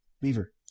Beaver